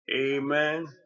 amen